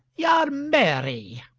y'are merry.